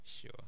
Sure